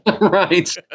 Right